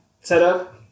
setup